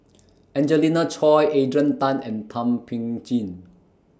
Angelina Choy Adrian Tan and Thum Ping Tjin